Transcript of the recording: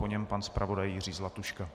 Po něm pan zpravodaj Jiří Zlatuška.